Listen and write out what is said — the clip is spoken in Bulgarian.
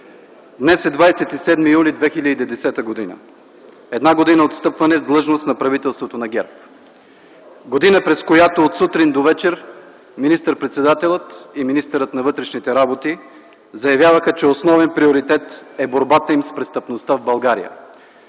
Днес е 27 юли 2010 г. – една година от встъпване в длъжност на правителството на ГЕРБ. Година, през която от сутрин до вечер министър-председателят и министърът на вътрешните работи заявяваха, че основен приоритет е борбата им с престъпността в България.